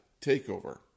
TakeOver